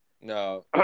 No